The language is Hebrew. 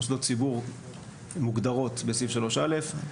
מוסדות ציבור מוגדרות בסעיף 3(א).